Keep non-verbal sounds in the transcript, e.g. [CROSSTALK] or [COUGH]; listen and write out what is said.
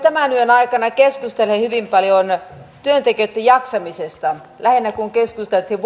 [UNINTELLIGIBLE] tämän yön aikana keskustelleet hyvin paljon työntekijöitten jaksamisesta lähinnä kun keskusteltiin [UNINTELLIGIBLE]